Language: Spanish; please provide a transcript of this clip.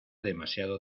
demasiado